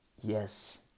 yes